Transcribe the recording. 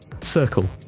Circle